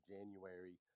January